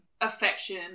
affection